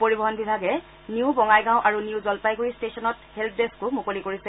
পৰিবহন বিভাগে নিউ বঙাইগাঁও আৰু নিউ জলপাইগুৰি ষ্টেচনত হেল্প ডেস্থও মুকলি কৰিছে